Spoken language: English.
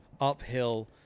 uphill